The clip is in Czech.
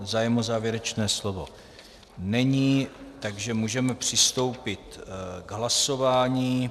Zájem o závěrečné slovo není, takže můžeme přistoupit k hlasování.